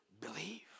believe